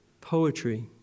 Poetry